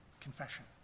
confession